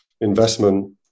investment